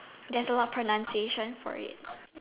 there's a lot of pronunciation for it